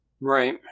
right